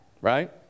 right